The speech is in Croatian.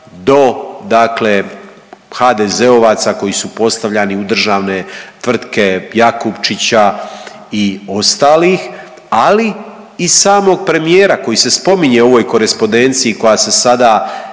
HDZ-ovaca koji su postavljani u državne tvrtke Jakupčića i ostalih, ali i samog premijera koji se spominje u ovoj korespondenciji koja se sada i